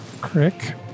Crick